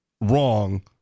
wrong